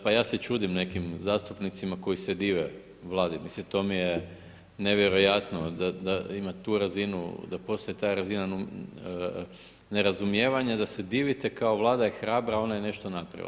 Pa ja se čudim nekim zastupnicima koji se dive Vladi, mislim to mi je nevjerojatno da ima tu razinu, da postoji ta razina nerazumijevanja da se divite kao Vlada je hrabra, ona je nešto napravila.